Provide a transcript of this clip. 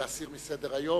להסיר את ההצעה